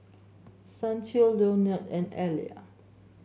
Santo Leonard and Elia